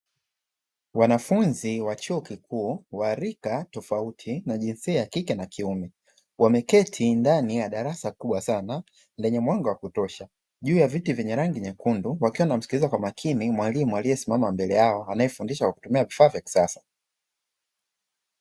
Wanafunzi wa chuo kikuu wa rika tofauti na jinsia ya kike na kiume, wameketi ndani ya darasa kubwa sana lenye mwanga wa kutosha, juu ya viti vyenye rangi nyekundu wakiwa wanamsikiliza kwa makini mwalimu aliyesimama mbele yao anayefundisha kwa kutumia vifaa vya kisasa.